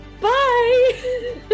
Bye